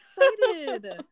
excited